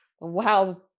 wow